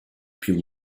più